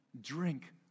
drink